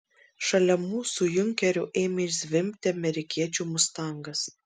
šalia mūsų junkerio ėmė zvimbti amerikiečių mustangas